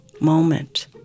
moment